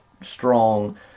strong